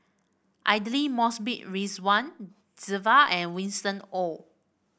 Aidli Mosbit Ridzwan Dzafir and Winston Oh